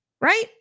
right